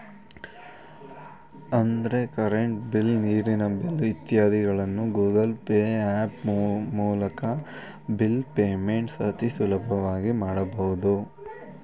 ಅಂದ್ರೆ current bill, ನೀರಿನ bill ಇತ್ಯಾದಿಗಳನ್ನ ಗೂಗಲ್ ಪೇ ಹ್ಯಾಪ್ ಮೂಲ್ಕ ಬಿಲ್ ಪೇಮೆಂಟ್ಸ್ ಅತಿ ಸುಲಭವಾಗಿ ಮಾಡಬಹುದು